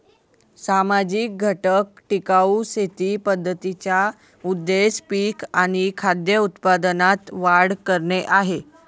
सामाजिक घटक टिकाऊ शेती पद्धतींचा उद्देश पिक आणि खाद्य उत्पादनात वाढ करणे आहे